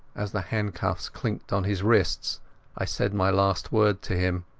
as the handcuffs clinked on his wrists i said my last word to him.